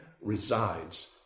resides